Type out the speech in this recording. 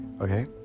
okay